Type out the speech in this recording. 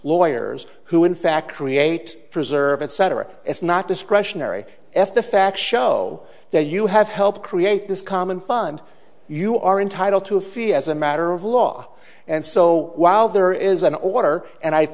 lawyers who in fact create preserve etc it's not discretionary if the facts show that you have helped create this common fund you are entitled to a fee as a matter of law and so while there is an order and i